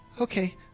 Okay